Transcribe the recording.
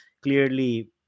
clearly